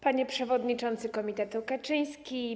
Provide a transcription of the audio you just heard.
Panie Przewodniczący Komitetu Kaczyński!